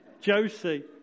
Josie